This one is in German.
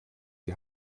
die